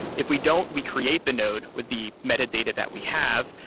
if we don't, we create the node with the metadata that we have.